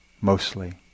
mostly